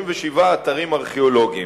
37 אתרים ארכיאולוגיים.